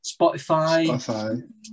Spotify